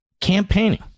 campaigning